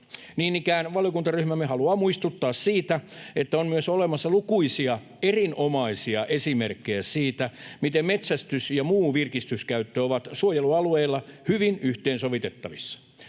Niin ikään valiokuntaryhmämme haluaa muistuttaa siitä, että on myös olemassa lukuisia erinomaisia esimerkkejä siitä, miten metsästys ja muu virkistyskäyttö ovat suojelualueilla hyvin yhteensovitettavissa.